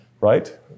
right